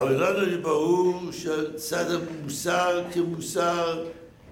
אבל ירדנו לברור שצד המוסר כמוסר